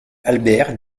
albert